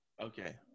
Okay